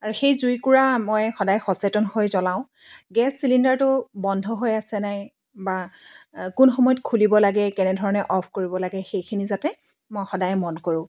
আৰু সেই জুইকোৰা মই সদায় সচেতন হৈ জ্ৱলাওঁ গেছ চিলিণ্ডাৰটো বন্ধ হৈ আছে নাই বা কোন সময়ত খুলিব লাগে কেনেধৰণে অফ কৰিব লাগে সেইখিনি যাতে মই সদায় মন কৰোঁ